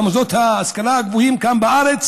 למוסדות ההשכלה הגבוהים כאן בארץ?